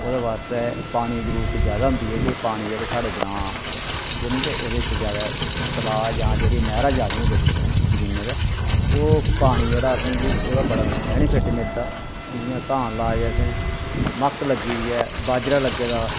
ओह्दे आस्तै पानी दी जरूरत जैदा होंदी ऐ जेह्ड़े साढ़े ग्रांऽ ओह्दे च जैदा तलाऽ जां जेह्ड़ी नैह्रां जा दियां होंदियां बिच जमीनां दे ओह पानी जेह्ड़ा असें गी ओह्दा बड़ा बैनिफिट मिलदा हून जि'यां धान लांदे असें मक्क लग्गी दी ऐ बाजरा लग्गे दा